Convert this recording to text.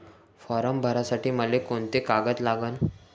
Form भरासाठी मले कोंते कागद लागन?